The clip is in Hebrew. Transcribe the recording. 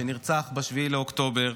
שנרצח ב-7 באוקטובר,